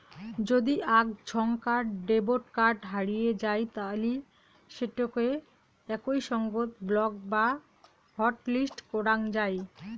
যদি আক ঝন্কার ডেবট কার্ড হারিয়ে যাই তালি সেটোকে একই সঙ্গত ব্লক বা হটলিস্ট করাং যাই